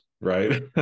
right